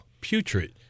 putrid